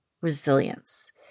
resilience